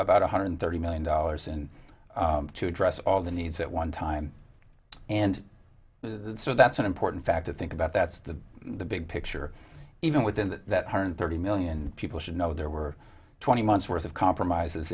about one hundred thirty million dollars and to address all the needs at one time and so that's an important fact to think about that's the the big picture even within that that hundred thirty million people should know there were twenty months worth of compromises